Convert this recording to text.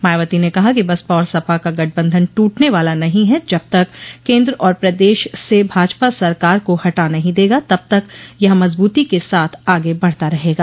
मायावतो ने कहा कि बसपा और सपा का गठबंधन टूटने वाला नहीं है जब तक केन्द्र और प्रदेश से भाजपा सरकार को हटा नहीं देगा तब तक यह मजबूती के साथ आगे बढ़ता रहेगा